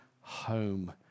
home